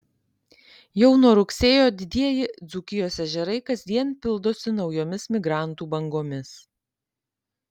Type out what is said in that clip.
jau nuo rugsėjo didieji dzūkijos ežerai kasdien pildosi naujomis migrantų bangomis